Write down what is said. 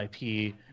ip